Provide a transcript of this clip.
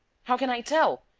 how can i tell?